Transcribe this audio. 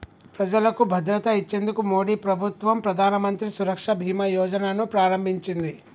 ప్రజలకు భద్రత ఇచ్చేందుకు మోడీ ప్రభుత్వం ప్రధానమంత్రి సురక్ష బీమా యోజన ను ప్రారంభించింది